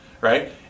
right